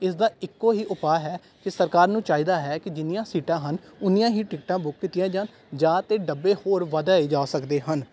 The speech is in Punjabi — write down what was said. ਇਸ ਦਾ ਇੱਕੋ ਹੀ ਉਪਾਅ ਹੈ ਕਿ ਸਰਕਾਰ ਨੂੰ ਚਾਹੀਦਾ ਹੈ ਕਿ ਜਿੰਨੀਆਂ ਸੀਟਾਂ ਹਨ ਉਨੀਆਂ ਹੀ ਟਿਕਟਾਂ ਬੁੱਕ ਕੀਤੀਆਂ ਜਾਣ ਜਾਂ ਤਾਂ ਡੱਬੇ ਹੋਰ ਵਧਾਏ ਜਾ ਸਕਦੇ ਹਨ